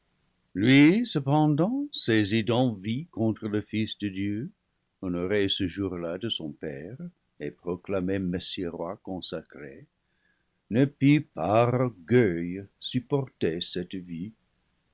lui cependant saisi d'envie contre le fils de dieu honoré ce jour-là de son père et proclamé messie roi consacré ne put par orgueil supporter cette vue